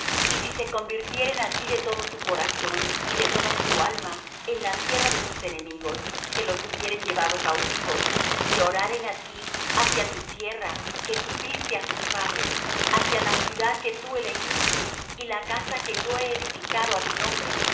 y si se convirtieren á ti de todo su corazón y de toda su alma en la tierra de sus enemigos que los hubieren llevado cautivos y oraren á ti hacia su tierra que tú diste á sus padres hacia la ciudad que tú elegiste y la casa que yo he edificado á tu nombre